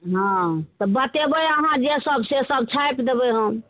हँ तऽ बतेबै अहाँ जे सब से सब छापि देबै हम